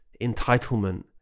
entitlement